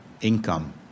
income